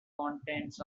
contents